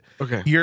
Okay